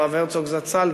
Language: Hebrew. הרב הרצוג זצ"ל,